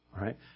right